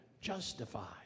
Justified